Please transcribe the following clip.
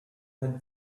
had